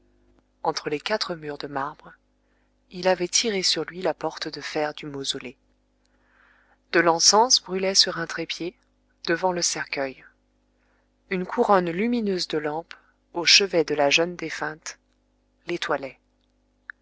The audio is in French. entre les quatre murs de marbre il avait tiré sur lui la porte de fer du mausolée de l'encens brûlait sur un trépied devant le cercueil une couronne lumineuse de lampes au chevet de la jeune défunte